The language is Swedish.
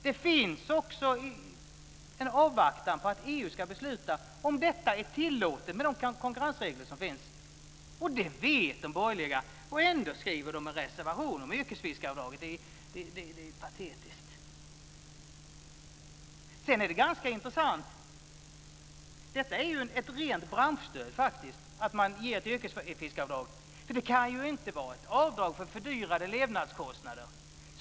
Man avvaktar också att EU ska besluta om detta är tillåtet med de konkurrensregler som finns. Det vet de borgerliga och ändå skriver de en reservation om yrkesfiskaravdraget. Det är patetiskt. Det är ganska intressant. Det är faktiskt ett rent branschstöd att man ger ett yrkesfiskaravdrag. Det kan ju inte vara ett avdrag för fördyrade levnadskostnader.